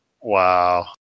Wow